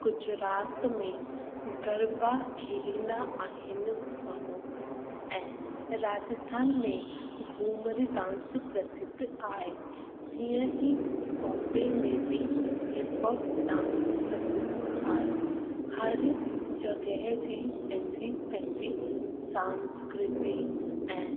गुजरात में गरबा खेलींदा आहिनि माण्हू ऐं राजस्थान में घूमर डांस प्रसिद्ध आहे तीअं ई बॉम्बे में बि हिप हॉप डांस प्रसिद्ध आहे हर जॻहि जी पंहिंजी पंहिंजी सांस्कृति ऐं